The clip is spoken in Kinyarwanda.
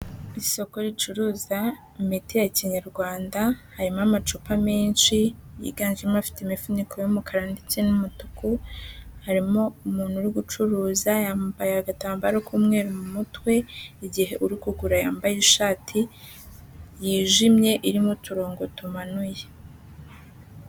Isoko ricuruza imiti ya Kinyarwanda, harimo amacupa menshi yiganjemo afite imifuniko y'umukara ndetse n'umutuku, harimo umuntu uri gucuruza yambaye agatambaro k'umweru mu mutwe igihe uru kugura yambaye ishati yijimye irimo uturongo tumanuye.